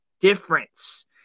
difference